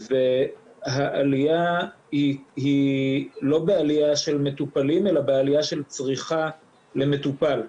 והעליה היא לא בעליה של מטופלים אלא בעליה של צריכה למטופל.